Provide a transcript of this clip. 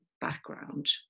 background